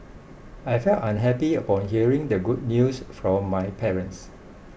I felt unhappy upon hearing the good news from my parents